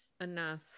enough